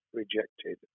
rejected